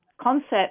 concept